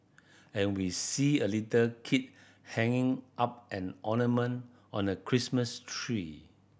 and we see a little kid hanging up an ornament on a Christmas tree